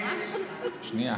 תגידי,